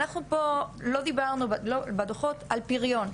אנחנו פה לא דיברנו בדוחות על פריון.